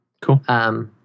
Cool